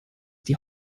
die